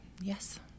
yes